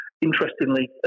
Interestingly